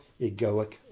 egoic